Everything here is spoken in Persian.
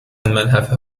ملحفه